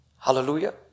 Hallelujah